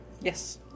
Yes